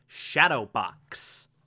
Shadowbox